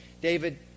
David